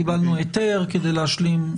קיבלנו היתר, כדי להשלים.